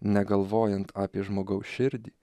negalvojant apie žmogaus širdį